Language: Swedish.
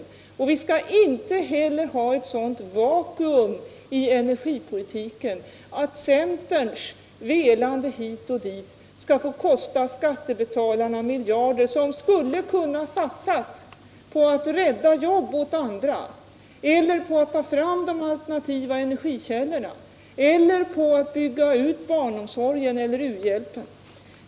Vi skall inte heller ha ett sådant vakuum i energipolitiken att centerns velande hit och dit skall få kosta skattebetalarna miljarder, som skulle kunna satsas på att rädda jobben åt andra eller på att ta fram alternativa energikällor eller på att bygga ut barnomsorgen eller u-hjälpen.